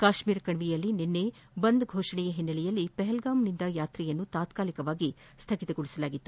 ಕಾಶ್ಮೀರ ಕಣಿವೆಯಲ್ಲಿ ನಿನ್ನೆ ಬಂದ್ ಘೋಷಣೆಯ ಹಿನ್ನೆಲೆಯಲ್ಲಿ ಪಹಲ್ಗಾಂನಿಂದ ಯಾತ್ರೆಯನ್ನು ತಾತ್ನಾಲಿಕವಾಗಿ ಸ್ಥಗಿತಗೊಳಿಸಲಾಗಿತ್ತು